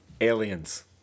Aliens